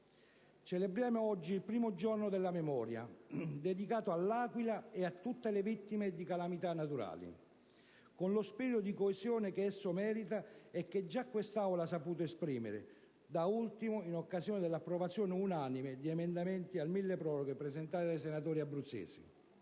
Celebriamo oggi la prima Giornata della memoria dedicata all'Aquila e a tutte le vittime di calamità naturale, con lo spirito di coesione che essa merita e che già quest'Aula ha saputo esprimere, da ultimo in occasione dell'approvazione unanime di emendamenti al decreto milleproroghe presentati dai senatori abruzzesi.